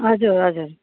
हजुर हजुर